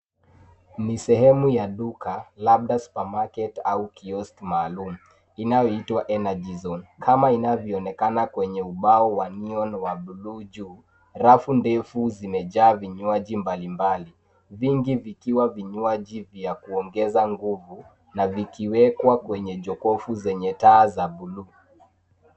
Ni sehemu ya duka, labda supermarket au kiosk maalumu, inayoitwa Energy Zone kama inavyoonekana kwenye ubao wa neon wa blue juu. Rafu ndefu, zimejaa vinywaji mbalimbali, vingi vikiwa vinywaji vya kuongeza nguvu, na vikiwekwa kwenye jokofu zenye taa za blue .